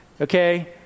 Okay